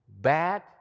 Bad